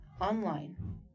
online